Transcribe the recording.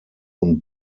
und